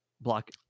block